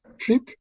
trip